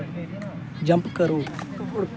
jump करो